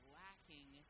lacking